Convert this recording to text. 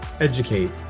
educate